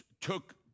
took